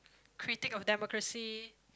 critic of democracy